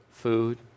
food